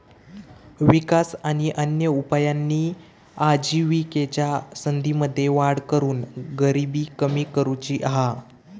विकास आणि अन्य उपायांनी आजिविकेच्या संधींमध्ये वाढ करून गरिबी कमी करुची हा